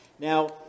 Now